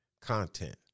content